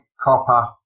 copper